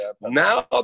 Now